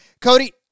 Cody